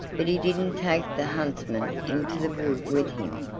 but he didn't take the huntsmen into the wood with him,